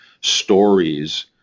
stories